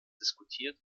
diskutiert